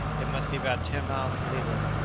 it must be about ten miles to leeward.